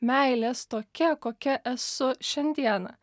meilės tokia kokia esu šiandieną